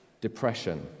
depression